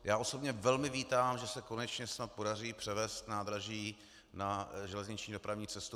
Já osobně velmi vítám, že se konečně snad podaří převést nádraží na železniční dopravní cestu.